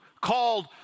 called